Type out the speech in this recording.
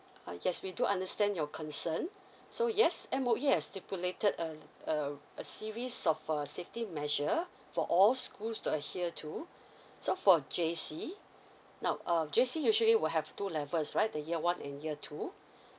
uh yes we do understand your concern so yes M_O_E has stipulated a a a series of uh safety measure for all schools to adhere to so for J_C now um J_C usually will have two levels right the year one and year two